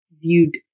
viewed